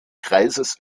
kreises